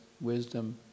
wisdom